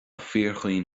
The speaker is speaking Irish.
fíorchaoin